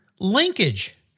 Linkage